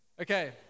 Okay